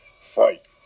Fight